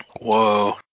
Whoa